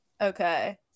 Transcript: okay